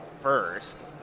first